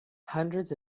hundreds